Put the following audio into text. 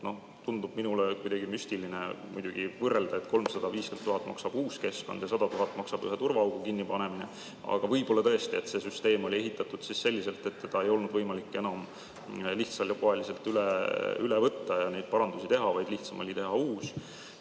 tundub see kuidagi müstiline muidugi, kui võrrelda, et 350 000 maksab uus keskkond ja 100 000 maksab ühe turvaaugu kinnipanemine. Aga võib-olla tõesti see süsteem oli ehitatud selliselt, et ei olnud võimalik enam lihtsakoeliselt üle võtta ja neid parandusi teha, vaid lihtsam oli teha uus. Aga